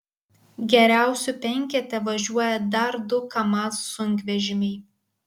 geriausių penkete važiuoja dar du kamaz sunkvežimiai